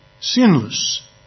sinless